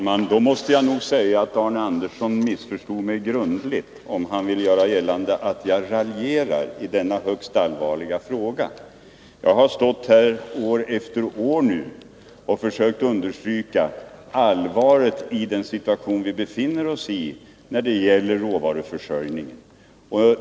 Herr talman! Om Arne Andersson i Ljung vill göra gällande att jag raljerar idenna högst allvarliga fråga måste jag nog säga att han grundligt missförstått mig. Jag har här år efter år försökt understryka allvaret i den situation vi befinner oss i när det gäller råvaruförsörjningen.